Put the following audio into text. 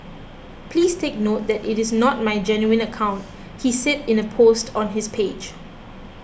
please take note that it is not my genuine account he said in a post on his page